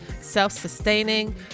self-sustaining